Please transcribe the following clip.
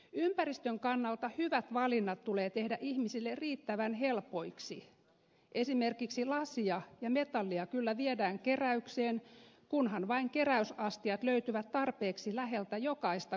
ympäristön kannalta hyvät valinnat tulee tehdä ihmisille riittävän helpoiksi esimerkiksi lasia ja metallia kyllä viedään keräykseen kunhan vain keräysastiat löytyvät tarpeeksi läheltä jokaista kotia